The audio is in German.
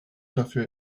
dafür